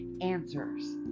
answers